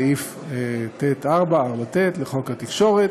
סעיף 4ט לחוק התקשורת.